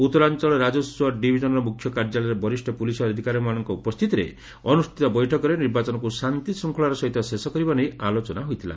ଉତ୍ତରାଅଳ ରାଜସ୍ପ ଡିଭିଜନର ମୁଖ୍ୟ କାର୍ଯ୍ୟାଳୟରେ ବରିଷ୍ ପୁଲିସ ଅଧିକାରୀମାନଙ୍କ ଉପସ୍ଥିତିରେ ଅନୁଷ୍ଠିତ ବୈଠକରେ ନିର୍ବାଚନକୁ ଶାନ୍ତି ଶୂଙ୍ଖଳାର ସହିତ ଶେଷ କରିବା ନେଇ ଆଲୋଚନା ହୋଇଥିଲା